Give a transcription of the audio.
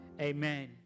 Amen